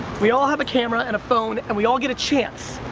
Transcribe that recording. we all have a camera and a phone, and we all get a chance.